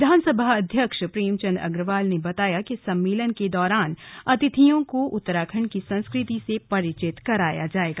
विधानसभा अध्यक्ष प्रेमचंद अग्रवाल ने बताया कि सम्मेलन के दौरान अतिथियों को उत्तराखंड की संस्कृति से परिचित कराया जाएगा